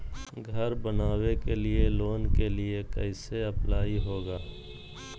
घर बनावे लिय लोन के लिए कैसे अप्लाई होगा?